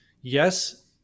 Yes